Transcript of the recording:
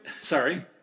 Sorry